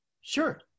Sure